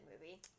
movie